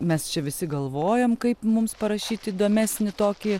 mes čia visi galvojom kaip mums parašyti įdomesnį tokį